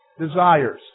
desires